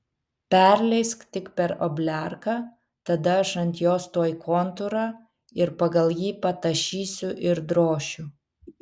perleisk tik per obliarką tada aš ant jos tuoj kontūrą ir pagal jį patašysiu ir drošiu